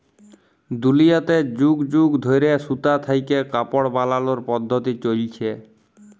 দুলিয়াতে যুগ যুগ ধইরে সুতা থ্যাইকে কাপড় বালালর পদ্ধতি চইলছে